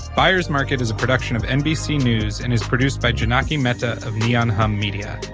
byers market is a production of nbc news and is produced by jonaki mehta of neon hum media.